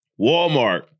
Walmart